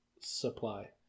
Supply